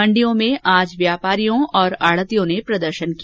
मण्डियों में आज व्यापारियों और आढतियों ने प्रदर्शन किया